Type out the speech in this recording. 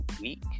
week